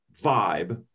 vibe